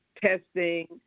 testing